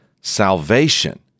salvation